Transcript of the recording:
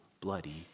bloody